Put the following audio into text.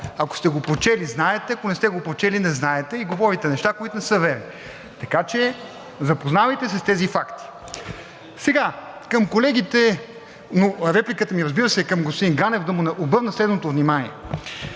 Ако сте го прочели – знаете, ако не сте го прочели – не знаете, и говорите неща, които не са верни. Така че – запознавайте се с тези факти. Репликата ми, разбира се, е към господин Ганев, да му обърна следното внимание.